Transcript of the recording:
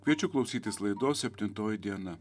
kviečiu klausytis laidos septintoji diena